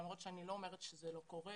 למרות שאני לא אומרת שזה לא קורה.